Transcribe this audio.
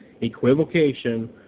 equivocation